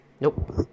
Nope